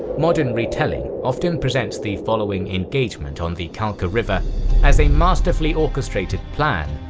modern retelling often presents the following engagement on the kalka river as a masterfully orchestrated plan,